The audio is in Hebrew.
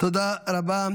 תודה רבה.